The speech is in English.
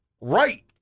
right